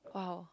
!wow!